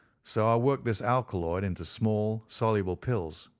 so i worked this alkaloid into small, soluble pills,